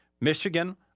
Michigan